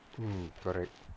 mm correct